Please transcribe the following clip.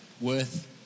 worth